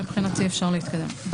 מבחינתי אפשר להתקדם.